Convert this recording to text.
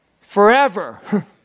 forever